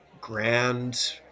grand